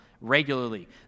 regularly